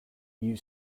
you